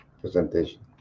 presentation